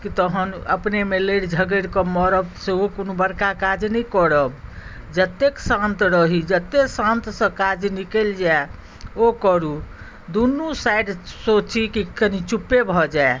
तहन अपनेमे लड़ि झगड़ि कऽ मरब सेहो कओनो बड़का काज नहि करब जतेक शान्त रही जतेक शान्तसँ काज निकलि जाए ओ करू दुनू साइड सोची कि कनी चुपे भऽ जाए